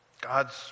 God's